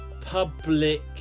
public